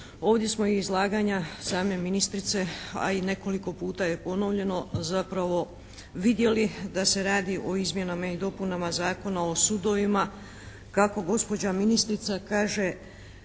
ovdje smo i izlaganja same ministrice, a i nekoliko puta je ponovljeno zapravo vidjeli da se radi o izmjenama i dopunama Zakona o sudovima, kako gospođa ministrica kaže